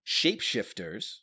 shapeshifters